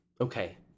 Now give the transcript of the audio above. Okay